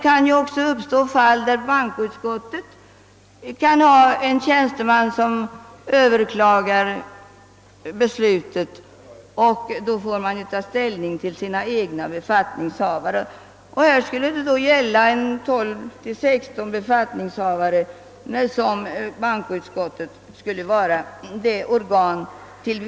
Bankoutskottet kan ju också ha en tjänsteman som överklagar ett beslut och då skulle utskottet alltså få ta ställning beträffande en egen befattningshavare. Här skulle det då gälla 12—16 befattningshavare för vilka bankoutskottet skulle vara besvärsinstans.